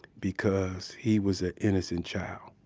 because he was an innocent child.